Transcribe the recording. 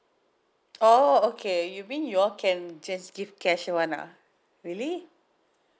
oh okay you mean you all can just give cash one ah really